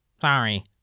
Sorry